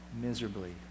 miserably